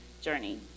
journey